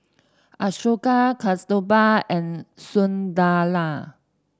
Ashoka Kasturba and Sunderlal